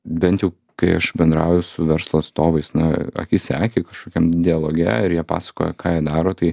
bent jau kai aš bendrauju su verslo atstovais na akis į akį kažkokiam dialoge ir jie pasakoja ką daro tai